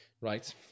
Right